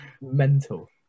mental